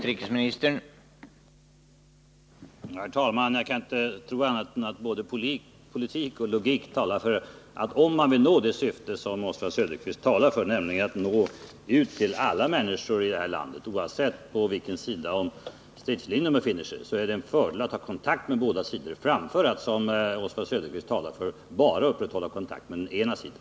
Herr talman! Jag kan inte tro annat än att både politik och logik talar för att om man vill uppnå det syfte som Oswald Söderqvist pläderar för, nämligen att nå ut till alla människor i Kampuchea, oavsett vilken sida om stridslinjen de befinner sig på, är det en fördel att ha kontakt med båda sidor, framför att — som Oswald Söderqvist samtidigt säger — bara upprätthålla kontakten med den ena sidan.